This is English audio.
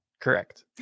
Correct